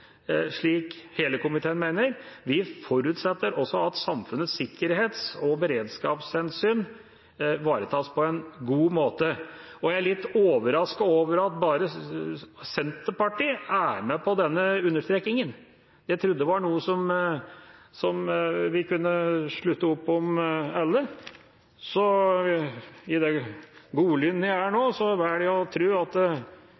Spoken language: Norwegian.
slik hele komiteen mener; vi forutsetter også at samfunnets sikkerhets- og beredskapshensyn ivaretas på en god måte. Jeg er litt overrasket over at bare Senterpartiet er med på denne understrekingen, jeg trodde det var noe som vi alle kunne slutte opp om. Og så godlynt som jeg er nå, velger jeg